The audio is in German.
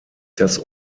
das